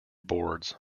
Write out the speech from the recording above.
boards